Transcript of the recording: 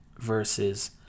versus